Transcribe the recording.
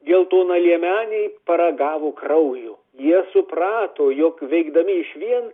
geltonaliemeniai paragavo kraujo jie suprato jog veikdami išvien